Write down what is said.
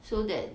so that